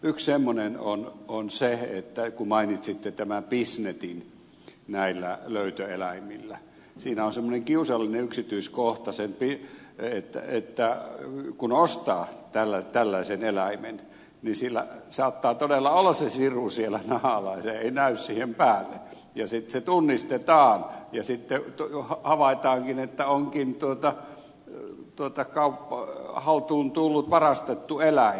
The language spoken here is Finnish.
yksi semmoinen on se kun mainitsitte tämän pisnetin näillä löytöeläimillä että siinä on semmoinen kiusallinen yksityiskohta että kun ostaa tällaisen eläimen niin sillä saattaa todella olla se siru siellä nahan alla se ei näy päälle ja sitten se tunnistetaan ja havaitaankin että onkin haltuun tullut varastettu eläin